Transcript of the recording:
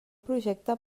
projecte